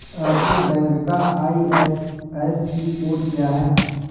आपके बैंक का IFSC code क्या है?